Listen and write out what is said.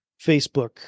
Facebook